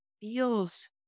feels